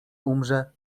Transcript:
umrze